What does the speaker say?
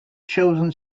chosen